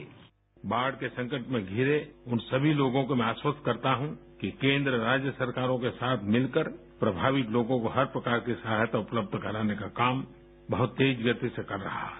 bite प्रधानमंत्री बाढ़ के संकट में घिरे उन सभी लोगों को मैं आश्वस्त करता हूँ कि केंद्र राज्य सरकारों के साथ मिलकर प्रभावित लोगों को हर प्रकार की सहायता उपलब्ध कराने का काम बहुत तेज गति से कर रहा है